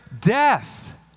death